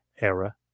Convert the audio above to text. era